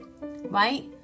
Right